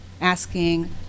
asking